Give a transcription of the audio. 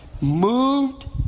Moved